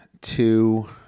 two